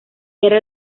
era